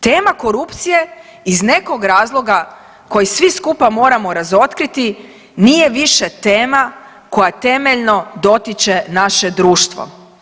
Tema korupcije iz nekog razloga koji svi skupa moramo razotkriti nije više tema koja temeljno dotiče naše društvo.